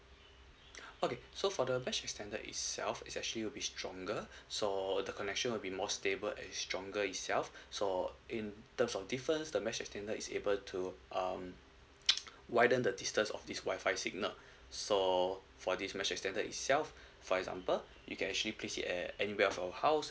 okay so for the mesh extender itself is actually will be stronger so the connection would be more stable and stronger itself so in terms of differs the mesh extender is able to um widen the distance of this Wi-Fi signal so for this mesh extender itself for example you can actually place it at anywhere of your house